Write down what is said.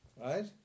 right